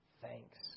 thanks